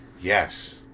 Yes